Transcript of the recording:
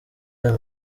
ayo